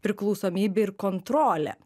priklausomybė ir kontrolė